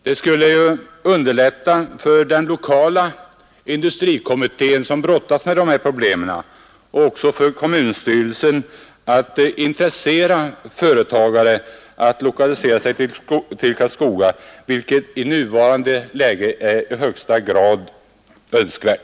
Det skulle ju underlätta för den lokala industrikommittén som brottas med de här problemen och även för kommunstyrelsen att intressera företagare att lokalisera sig till Karlskoga, vilket i nuvarande läge är i högsta grad önskvärt.